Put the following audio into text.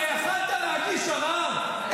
הרי יכולת להגיש ערר.